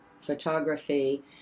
photography